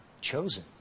chosen